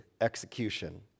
execution